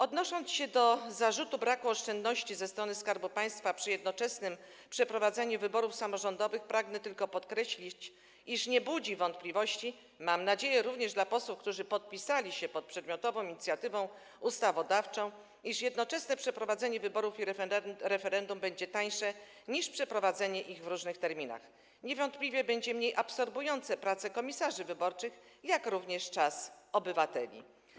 Odnosząc się do zarzutu braku oszczędności ze strony Skarbu Państwa przy jednoczesnym przeprowadzeniu wyborów samorządowych i referendum, pragnę tylko podkreślić, że nie budzi wątpliwości - mam nadzieję, że również posłów, którzy podpisali się pod przedmiotową inicjatywą ustawodawczą - iż jednoczesne przeprowadzenie wyborów i referendum będzie tańsze niż przeprowadzenie ich w różnych terminach, niewątpliwie będzie mniej absorbujące, jeśli chodzi o pracę komisarzy wyborczych, jak również czas obywateli.